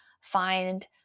find